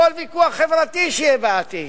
בכל ויכוח חברתי שיהיה בעתיד.